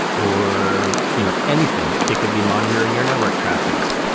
or you know anything. it could be monitoring your network traffic,